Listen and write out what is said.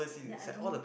ya I don't